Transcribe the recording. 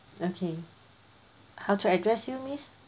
okay how to address you miss